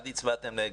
אחד הצבעתם נגד.